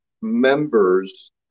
members